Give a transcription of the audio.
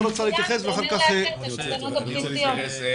שר הרווחה יתייחס.